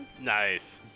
Nice